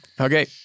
Okay